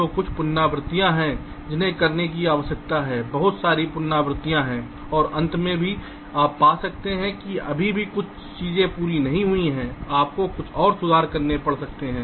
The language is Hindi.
तो कुछ पुनरावृत्तियाँ हैं जिन्हें करने की आवश्यकता है बहुत सारे पुनरावृत्तियाँ हैं और अंत में भी आप पा सकते हैं कि अभी भी कुछ चीजें पूरी नहीं हुई हैं आपको कुछ और सुधार करने पड़ सकते हैं